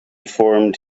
formed